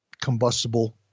combustible